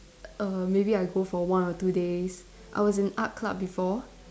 err maybe I'll go for one or two days I was in art club before